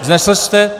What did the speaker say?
Vznesl jste?